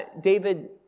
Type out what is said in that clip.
David